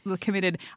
committed